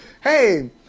hey